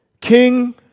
King